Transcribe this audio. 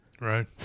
Right